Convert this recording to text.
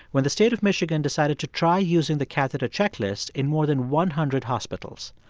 when the state of michigan decided to try using the catheter checklist in more than one hundred hospitals.